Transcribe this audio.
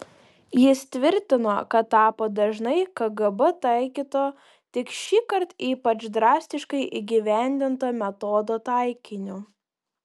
jis tvirtino kad tapo dažnai kgb taikyto tik šįkart ypač drastiškai įgyvendinto metodo taikiniu